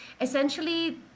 essentially